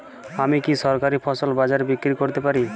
আমি কি সরাসরি ফসল বাজারে বিক্রি করতে পারি?